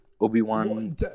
Obi-Wan